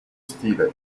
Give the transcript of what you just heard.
stile